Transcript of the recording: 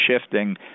shifting